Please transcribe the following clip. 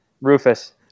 Rufus